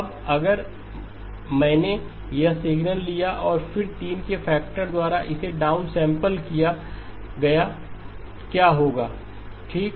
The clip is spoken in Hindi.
अब अगर मैंने यह सिग्नल लिया और फिर 3 के फैक्टर द्वारा इसे डाउनसेंपल किया गया क्या होगा ठीक